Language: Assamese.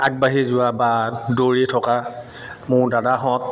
আগবাঢ়ি যোৱা বা দৌৰি থকা মোৰ দাদাহঁত